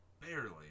Barely